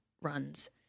runs